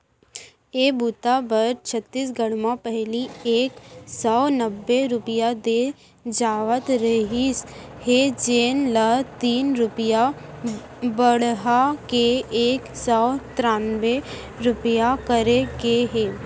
ए बूता बर छत्तीसगढ़ म पहिली एक सव नब्बे रूपिया दे जावत रहिस हे जेन ल तीन रूपिया बड़हा के एक सव त्रान्बे रूपिया करे गे हे